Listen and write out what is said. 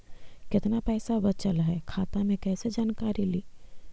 कतना पैसा बचल है खाता मे कैसे जानकारी ली?